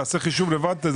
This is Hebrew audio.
תעשה חישוב לבד.